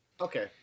Okay